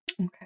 Okay